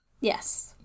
Yes